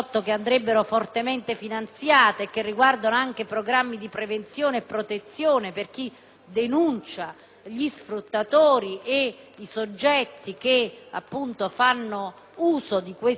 denuncia gli sfruttatori e i soggetti che fanno uso di questo reato, cioè della tratta degli esseri umani, in particolare praticata sulle donne e sui bambini.